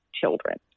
children